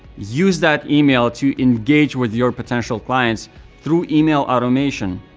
use that email to engage with your potential clients through email automation.